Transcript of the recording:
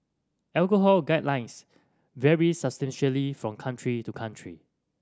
alcohol guidelines vary substantially from country to country